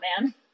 man